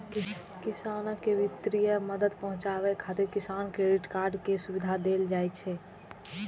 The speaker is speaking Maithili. किसान कें वित्तीय मदद पहुंचाबै खातिर किसान क्रेडिट कार्ड के सुविधा देल जाइ छै